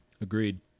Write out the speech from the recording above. Agreed